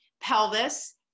pelvis